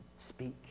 speak